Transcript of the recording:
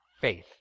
faith